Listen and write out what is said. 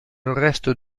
resto